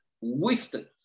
wisdom